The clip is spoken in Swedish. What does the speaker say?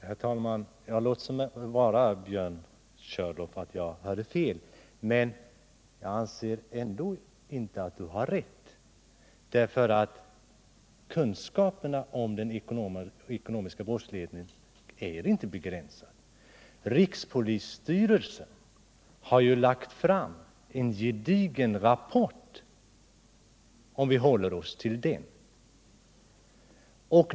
Herr talman! Låt vara, Björn Körlof, att jag hörde fel, men jag anser i alla fall att ni inte har rätt. Kunskapen om den ekonomiska brottsligheten är inte begränsad. Rikspolisstyrelsen har ju lagt fram en gedigen rapport — om vi nu håller oss till den saken.